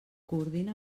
coordina